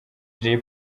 jay